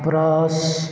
brush